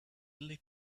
lit